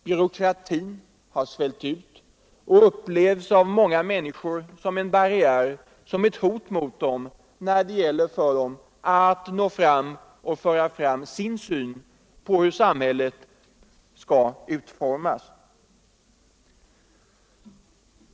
Byråkratin har svällt ut och upplevs av många människor som ett hot, som en barriär när de vill föra fram sin syn på hur samhället skall utformas.